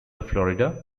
florida